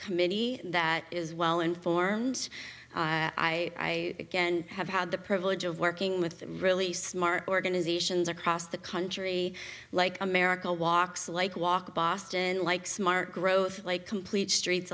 committee that is well informed i have had the privilege of working with really smart organizations across the country like america walks like walk boston like smart growth like complete streets